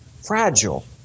fragile